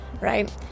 right